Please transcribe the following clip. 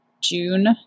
June